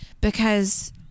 because-